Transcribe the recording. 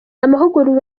amahugurwa